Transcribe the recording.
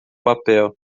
papel